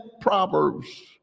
Proverbs